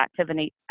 activity